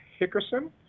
Hickerson